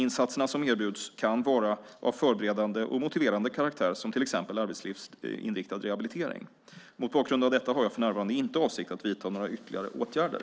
Insatserna som erbjuds kan vara av förberedande och motiverande karaktär som till exempel arbetslivsinriktad rehabilitering. Mot bakgrund av detta har jag för närvarande inte för avsikt att vidta några ytterligare åtgärder.